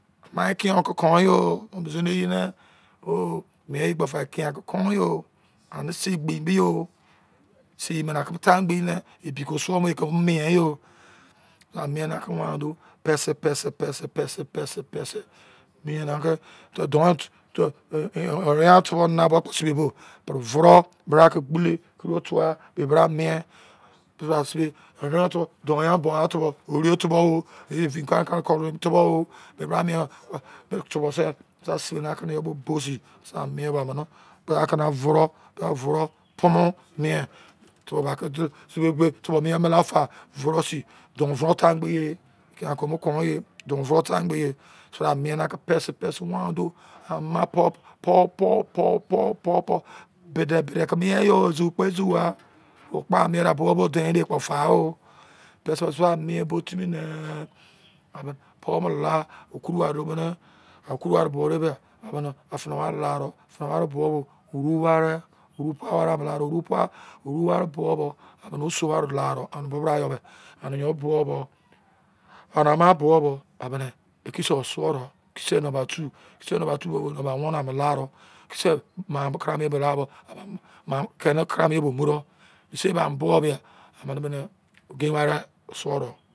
Mi iki yo ke kon ye zine ye ne oh mien ye kpo fa eki yan ke kon ye ane sei gbi bi-yo sei mene kom tan gbe ne ebi ko o suo mu ke mien ye ane mien na ke wan do pesi pesi are bra ke gbele ke tuwa ebi bra mien ebi ra se be frou sin don frou tin gbe ye mise bra mien na ke pese pese wan do ama po, po, po be de be de ke mien ye izo kpo izo wa o kpa mien na bowow bo dein de kpo fa o pesi o suwa mien timi nee po bo la oku ware bo mene oku ware bori be afina ware laro oru ware oru pai ware oru ware pair ware oma laro ane bo bo ikisu suro kisi no 2 no 1 balade keni kere mu ege ware o suro